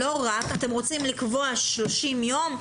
אתם רוצים לקבוע 30 יום,